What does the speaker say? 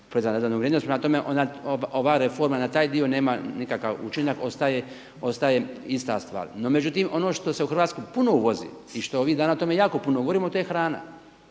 PDV-a, prema toma ova reforma na taj dio nema nikakav učinak, ostaje ista stvar. No, međutim ono što se u Hrvatsku puno uvozi i što ovih dana o tome jako puno govorimo to je hrana.